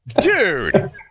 Dude